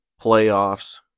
Playoffs